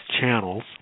channels